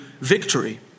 victory